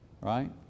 right